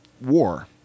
war